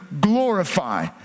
glorify